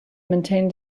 maintained